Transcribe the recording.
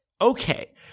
Okay